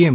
એમ